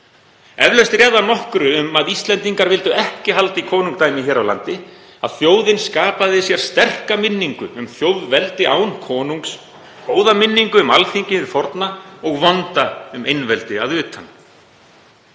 Eflaust réð það nokkru um að Íslendingar vildu ekki halda í konungdæmi hér á landi að þjóðin skapaði sér sterka minningu um þjóðveldi án konungs, góða minningu um Alþingi hið forna og vonda um einveldi að utan.